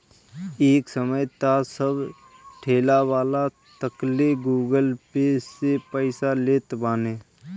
एक समय तअ सब ठेलावाला तकले गूगल पे से पईसा लेत बाने